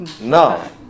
Now